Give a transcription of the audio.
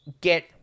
Get